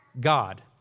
God